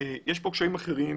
יש כאן קשיים אחרים